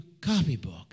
copybook